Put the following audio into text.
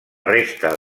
resta